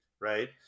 right